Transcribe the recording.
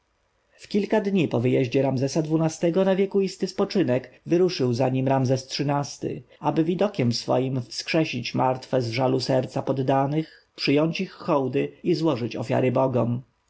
kilka dni po wyjeździe ramzesa xii-go na wiekuisty spoczynek wyruszył za nim ramzes xiii-ty aby widokiem swoim wskrzesić martwe z żalu serca poddanych przyjąć ich hołdy i złożyć ofiary bogom